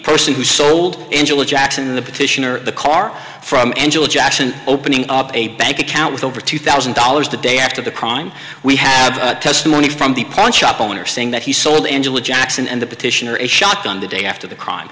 person who sold angela jackson the petitioner the car from angela jackson opening up a bank account with over two thousand dollars the day after the crime we have testimony from the pawn shop owner saying that he sold angela jackson and the petitioner a shotgun the day after the crime